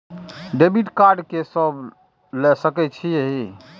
Debit card के सब ले सके छै?